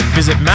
visit